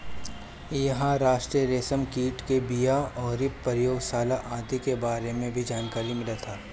इहां राष्ट्रीय रेशम कीट के बिया अउरी प्रयोगशाला आदि के बारे में भी जानकारी मिलत ह